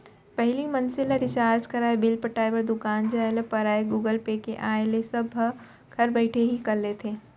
पहिली मनसे ल रिचार्ज कराय, बिल पटाय बर दुकान जाय ल परयए गुगल पे के आय ले ए सब ह घर बइठे ही कर लेथे